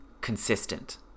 consistent